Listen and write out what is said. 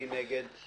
מי נגד?